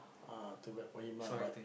ah too bad for him ah but